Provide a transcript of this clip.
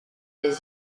des